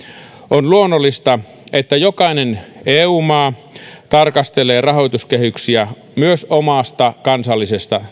on luonnollista että jokainen eu maa tarkastelee rahoituskehyksiä myös omasta kansallisesta